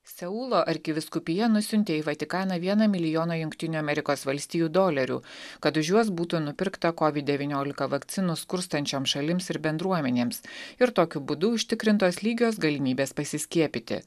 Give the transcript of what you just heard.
seulo arkivyskupija nusiuntė į vatikaną vieną milijono jungtinių amerikos valstijų dolerių kad už juos būtų nupirkta kovid devyniolika vakcinų skurstančioms šalims ir bendruomenėms ir tokiu būdu užtikrintos lygios galimybės pasiskiepyti